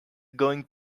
going